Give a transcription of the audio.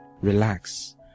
relax